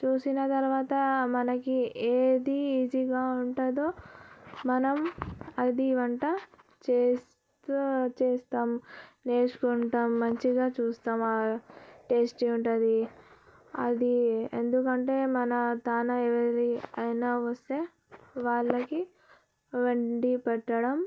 చూసిన తర్వాత మనకి ఏది ఈజీగా ఉంటదో మనం అది వంట చేస్తా చేస్తాం నేర్చుకుంటాం మంచిగా చూస్తాం ఆ టేస్టీ ఉంటుంది అది ఎందుకంటే మన తానా ఏది అయినా వస్తే వాళ్లకి వండి పెట్టడం